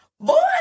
boy